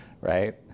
right